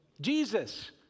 Jesus